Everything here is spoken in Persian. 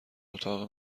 اتاق